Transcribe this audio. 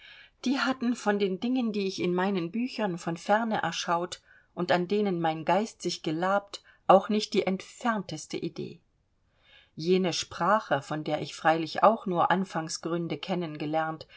die hatten von den dingen die ich in meinen büchern von ferne erschaut und an denen mein geist sich gelabt auch nicht die entfernteste idee jene sprache von der ich freilich auch nur die anfangsgründe